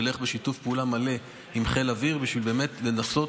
אלך בשיתוף פעולה מלא עם חיל האוויר בשביל באמת לנסות